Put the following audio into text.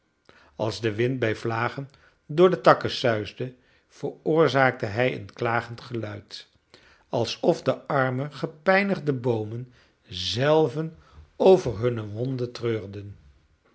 als de wind bij vlagen door de takken suisde veroorzaakte hij een klagend geluid alsof de arme gepijnigde boomen zelven over hunne wonden